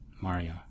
Mario